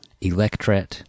Electret